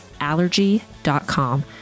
Allergy.com